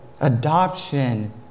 adoption